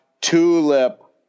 Tulip